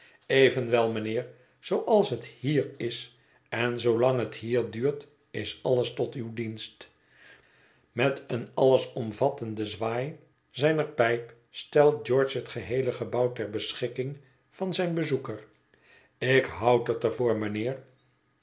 evenwel mijnheer zooals het hier is en zoolang het hier duurt is alles tot uw dienst met een alles omvattenden zwaai zijner pijp stelt george het geheele gebouw ter beschikking van zijn bezoeker ik houd het er voor mijnheer